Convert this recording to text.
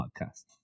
podcast